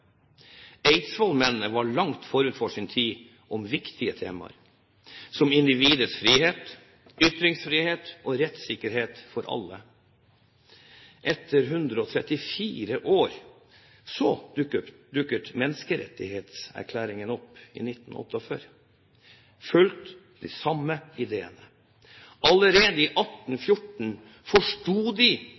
arv. Eidsvollsmennene var langt forut for sin tid når det gjaldt viktige temaer, som individets frihet, ytringsfrihet og rettssikkerhet for alle. Etter 134 år dukket menneskerettighetserklæringen opp, i 1948, fulgt av de samme ideene. Allerede i 1814 forsto de